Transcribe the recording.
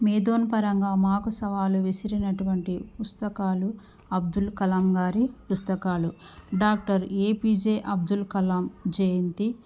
మేధోపరంగా మాకు సవాలు విసిరినటువంటి పుస్తకాలు అబ్దుల్ కలాం గారి పుస్తకాలు doctor A P J Abdul Kalam Jayanthi